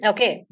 Okay